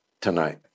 tonight